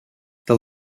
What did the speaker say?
the